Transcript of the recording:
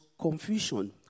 confusion